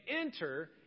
enter